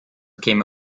käme